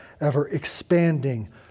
ever-expanding